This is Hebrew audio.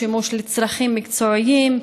שימוש לצרכים מקצועיים,